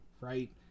right